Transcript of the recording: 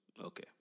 Okay